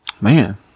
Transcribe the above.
Man